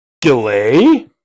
Delay